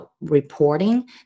reporting